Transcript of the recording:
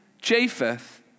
Japheth